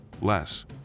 Less